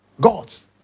Gods